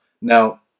Now